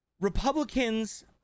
republicans